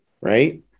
right